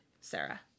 Sarah